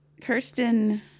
Kirsten